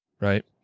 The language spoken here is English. right